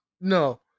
no